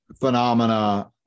phenomena